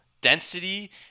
density